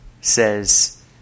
says